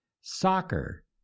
soccer